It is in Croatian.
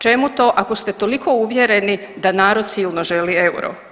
Čemu to ako ste toliko uvjereni da narod silno želi euro?